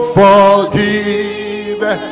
forgive